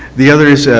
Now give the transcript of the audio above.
the other is,